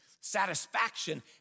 satisfaction